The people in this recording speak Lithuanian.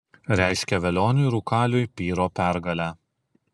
reiškia velioniui rūkaliui pyro pergalę